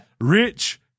rich